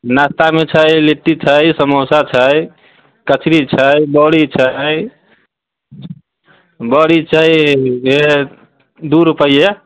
नाश्तामे छै लिट्टी छै समोसा छै कचरी छै बड़ी छै बड़ी छै ओहे दू रुपए